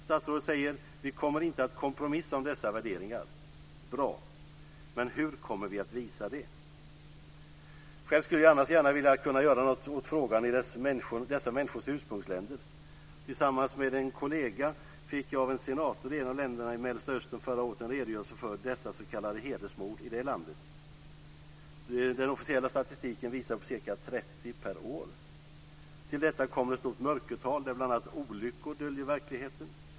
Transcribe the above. Statsrådet säger: Vi kommer inte att kompromissa om dessa värderingar. Bra! Men hur kommer vi att visa det? Själv skulle jag annars gärna vilja kunna göra något åt frågan i dessa människors ursprungsländer. Tillsammans med en kollega fick jag av en senator i en av länderna i Mellersta Östern förra året en redogörelse för dessa s.k. hedersmord i det landet. Den officiella statistiken visar på ca 30 per år. Till detta kommer ett stort mörkertal, där bl.a. olyckor döljer verkligheten.